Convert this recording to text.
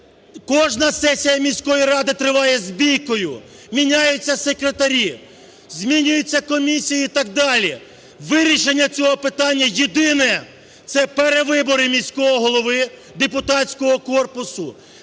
кожна сесія міської ради триває з бійкою, міняються секретарі, змінюються комісії і так далі. Вирішення цього питання єдине – це перевибори міського голови депутатського корпусу.